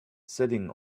sitting